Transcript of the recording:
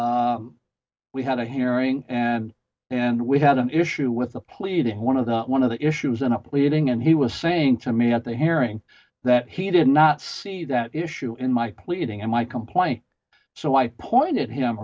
we had a hearing and and we had an issue with the pleading one of the one of the issues in a pleading and he was saying to me at the hearing that he did not see that issue in my pleading and my complaint so i pointed him